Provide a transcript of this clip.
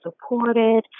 supported